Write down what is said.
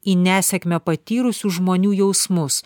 į nesėkmę patyrusių žmonių jausmus